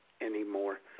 anymore